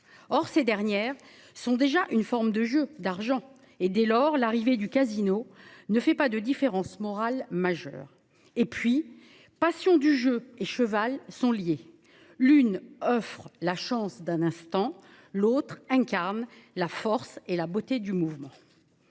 Or, ces dernières sont déjà une forme de jeu d'argent et dès lors l'arrivée du casino ne fait pas de différence morale majeure et puis passion du jeu et cheval sont liées l'une offre la chance d'un instant l'autre incarne la force et la beauté du mouvement.